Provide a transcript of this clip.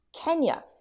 Kenya